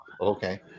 okay